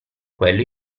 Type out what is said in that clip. quello